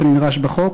כנדרש בחוק,